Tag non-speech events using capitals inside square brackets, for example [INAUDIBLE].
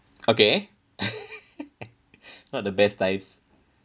okay [NOISE] [BREATH] not the best times